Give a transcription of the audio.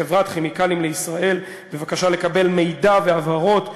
לחברת "כימיקלים לישראל" בבקשה לקבל מידע והבהרות.